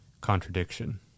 contradiction